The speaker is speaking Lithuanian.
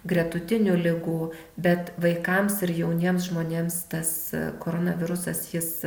gretutinių ligų bet vaikams ir jauniems žmonėms tas koronavirusas jis